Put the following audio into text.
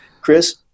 Chris